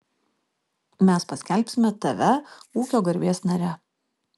mes paskelbsime tave ūkio garbės nare